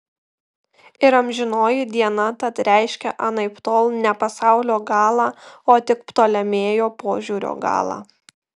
ir amžinoji diena tad reiškia anaiptol ne pasaulio galą o tik ptolemėjo požiūrio galą